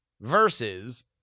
versus